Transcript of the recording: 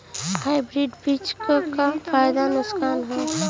Hybrid बीज क का फायदा नुकसान ह?